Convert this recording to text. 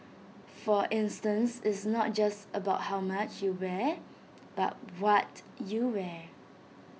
for instance it's not just about how much you wear but what you wear